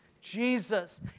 Jesus